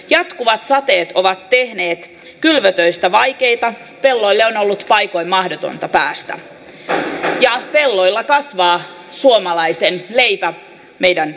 jatkuvat sateet ovat tehneet kylvötöistä vaikeita pelloille on ollut paikoin mahdotonta päästä ja pelloilla kasvaa suomalaisen leipä meidän jokaisen